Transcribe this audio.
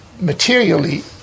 materially